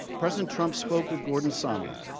president trump spoke with gordon sondland,